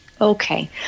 okay